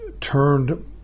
turned